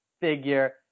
figure